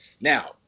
Now